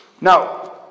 now